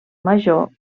major